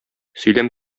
сөйләм